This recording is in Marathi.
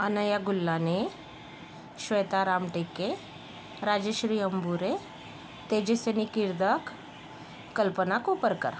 अनया गुल्लानी श्वेता रामटेके राजश्री अंबुरे तेजस्विनी किर्दक कल्पना कोपरकर